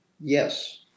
Yes